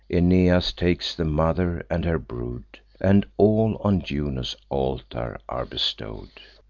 aeneas takes the mother and her brood, and all on juno's altar are bestow'd.